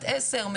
בת עשר,